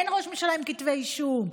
אין ראש ממשלה עם כתבי אישום,